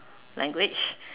language